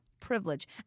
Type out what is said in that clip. Privilege